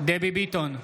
דבי ביטון,